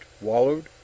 wallowed